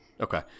Okay